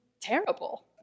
terrible